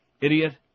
Idiot